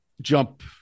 jump